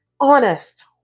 honest